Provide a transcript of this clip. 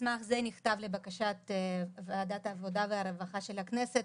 מסמך זה נכתב לבקשת ועדת העבודה והרווחה של הכנסת,